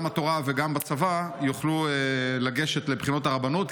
התורה וגם בצבא יוכלו לגשת לבחינות הרבנות,